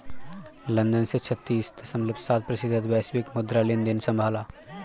London ने छत्तीस दश्मलव सात प्रतिशत वैश्विक मुद्रा लेनदेन संभाला